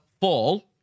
fall